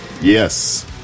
Yes